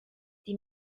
die